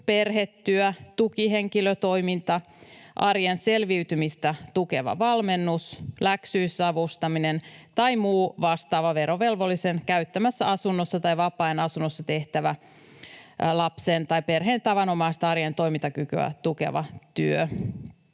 perhetyö, tukihenkilötoiminta, arjen selviytymistä tukeva valmennus, läksyissä avustaminen tai muu vastaava verovelvollisen käyttämässä asunnossa tai vapaa-ajan asunnossa tehtävä lapsen tai perheen tavanomaista arjen toimintakykyä tukeva työ.